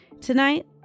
Tonight